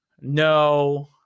no